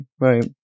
right